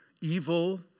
evil